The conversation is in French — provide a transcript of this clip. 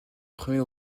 premier